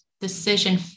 decision